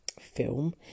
film